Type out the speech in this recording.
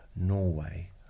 Norway